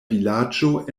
vilaĝo